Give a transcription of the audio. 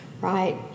Right